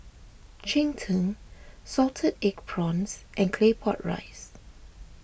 Cheng Tng Salted Egg Prawns and Claypot Rice